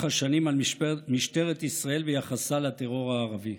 השנים על משטרת ישראל ויחסה לטרור הערבי.